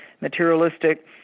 materialistic